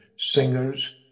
singers